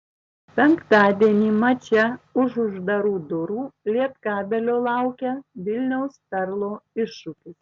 penktadienį mače už uždarų durų lietkabelio laukia vilniaus perlo iššūkis